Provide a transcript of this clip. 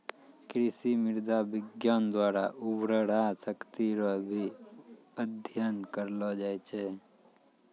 कृषि मृदा विज्ञान द्वारा उर्वरा शक्ति रो भी अध्ययन करलो जाय छै